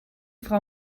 frau